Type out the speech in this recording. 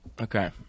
Okay